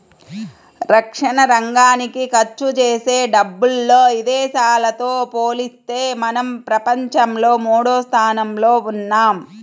రక్షణరంగానికి ఖర్చుజేసే డబ్బుల్లో ఇదేశాలతో పోలిత్తే మనం ప్రపంచంలో మూడోస్థానంలో ఉన్నాం